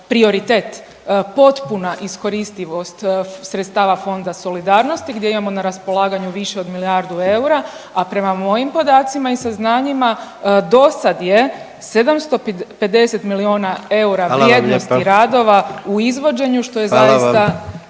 prioritet potpuna iskoristivost sredstava Fonda solidarnosti gdje imamo na raspolaganju više od milijardu eura, a prema mojim podacima i saznanjima dosad je 750 miliona eura vrijednosti …/Upadica: Hvala vam lijepa./…